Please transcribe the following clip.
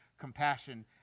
compassion